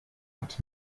hat